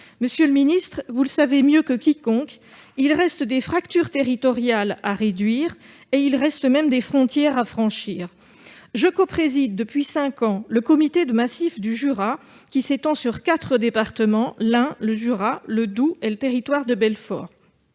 Monsieur le secrétaire d'État, vous savez mieux que quiconque qu'il reste des fractures territoriales à réduire ; il reste même des frontières à franchir ! Je copréside depuis cinq ans le comité de massif du Jura, qui s'étend sur quatre départements : l'Ain, le Jura, le Doubs et le Territoire de Belfort.